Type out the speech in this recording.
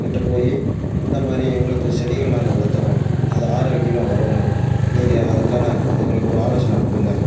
கிட்டே போய் இந்த மாதிரி எங்களுக்கு செடிகள் நாங்கள் வளர்த்துறோம் அது ஆரோக்கியமாக வரணும் நீங்கள் அதுக்கான எங்களுக்கு ஒரு ஆலோசனை கொடுங்க